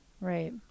right